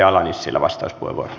arvoisa herra puhemies